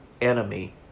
enemy